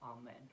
Amen